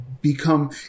become –